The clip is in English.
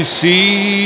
see